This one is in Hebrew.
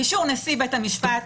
באישור נשיא בית המשפט,